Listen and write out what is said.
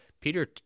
Peter